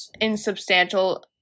insubstantial